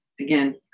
again